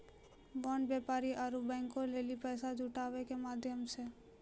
bond व्यापारी आरु बैंको लेली पैसा जुटाबै के माध्यम छै